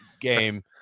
game